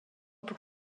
pour